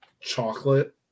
chocolate